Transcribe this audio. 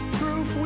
proof